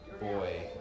boy